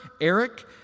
Eric